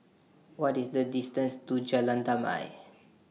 What IS The distance to Jalan Damai